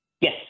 Yes